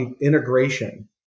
integration